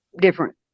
different